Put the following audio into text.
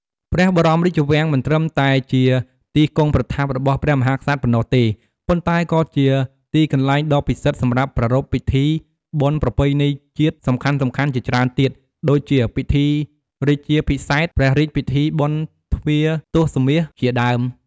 ព្រះបរមរាជវាំង មិនត្រឹមតែជាទីគង់ប្រថាប់របស់ព្រះមហាក្សត្រប៉ុណ្ណោះទេ ប៉ុន្តែក៏ជា ទីកន្លែងដ៏ពិសិដ្ឋសម្រាប់ប្រារព្ធពិធីបុណ្យប្រពៃណីជាតិសំខាន់ៗជាច្រើនទៀត ដូចជា ពិធីរាជាភិសេក ព្រះរាជពិធីបុណ្យទ្វារទសមាសជាដើម។